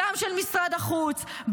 גם של משרד החוץ,